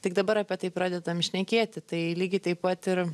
tik dabar apie tai pradedam šnekėti tai lygiai taip pat ir